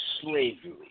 slavery